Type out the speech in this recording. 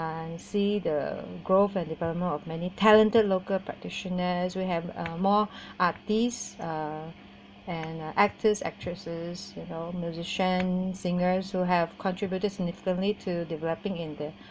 I see the growth and development of many talented local practitioners will have uh more artist uh and uh actors actresses you know musician singers who have contributed significantly to developing in the